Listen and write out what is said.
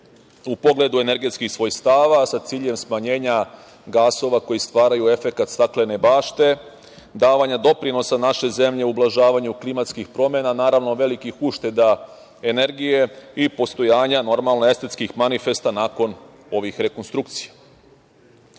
u pogledu energetskih svojstava, a sa ciljem smanjenja gasova koji stvaraju efekat staklene bašte, davanja doprinosa naše zemlje ublažavanju klimatskih promena, naravno velikih ušteda energije i postojanja estetskih manifesta nakon ovih rekonstrukcija. Sporazumom